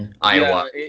Iowa